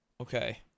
Okay